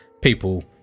people